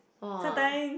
sometime